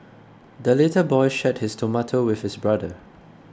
the little boy shared his tomato with his brother